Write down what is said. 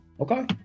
Okay